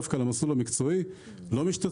מי שהולך דווקא למסלול המקצועי אצלו לא משתתפים.